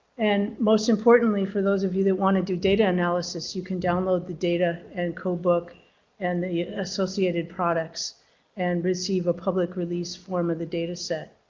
and most importantly for those of you that want to do data analysis, you can download the data and codebook and the associated products and receive a public release form of the data set.